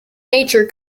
nature